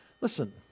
Listen